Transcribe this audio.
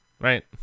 Right